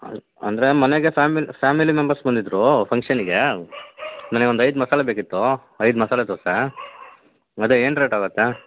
ಅನ್ ಅಂದರೆ ಮನೆಗೆ family family members ಬಂದಿದ್ರು ಫಂಕ್ಷನ್ನಿಗೇ ನನಗೆ ಒಂದು ಐದು ಮಸಾಲೆ ಬೇಕಿತ್ತು ಐದು ಮಸಾಲೆ ದೋಸೆ ಅದೇ ಏನು ರೇಟಾಗುತ್ತೆ